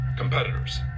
competitors